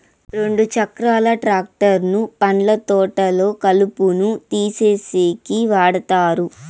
రెండు చక్రాల ట్రాక్టర్ ను పండ్ల తోటల్లో కలుపును తీసేసేకి వాడతారు